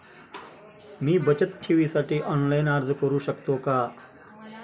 मी बचत ठेवीसाठी ऑनलाइन अर्ज करू शकतो का?